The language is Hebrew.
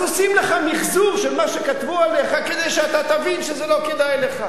אז עושים לך מיחזור של מה שכתבו עליך כדי שאתה תבין שזה לא כדאי לך.